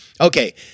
Okay